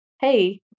hey